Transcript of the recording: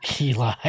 Eli